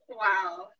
Wow